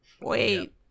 wait